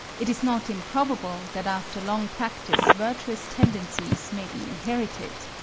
it is not improbable that after long practice virtuous tendencies may be inherited.